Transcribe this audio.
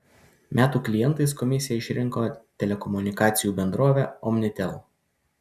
metų klientais komisija išrinko telekomunikacijų bendrovę omnitel